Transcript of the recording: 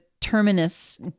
Terminus